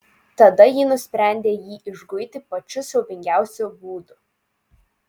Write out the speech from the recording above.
tada ji nusprendė jį išguiti pačiu siaubingiausiu būdu